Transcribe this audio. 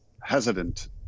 hesitant